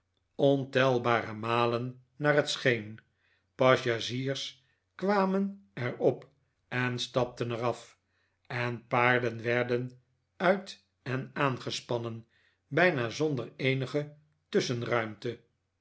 ontelbare malen naar het scheen passagiers k warn en er op en stapten er af en paarden werden uit en aangespannen bijna zonder eenige